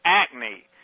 acne